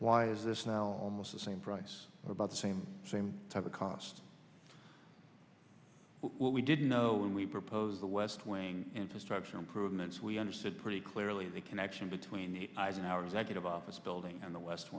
why is this now almost the same price or about the same same type of cost what we didn't know when we proposed the west wing infrastructure improvements we understood pretty clearly the connection between the eisenhower executive office building and the west